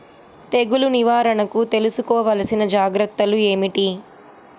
తెగులు నివారణకు తీసుకోవలసిన జాగ్రత్తలు ఏమిటీ?